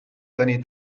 tenir